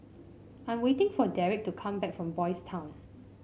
I'm waiting for Derek to come back from Boys' Town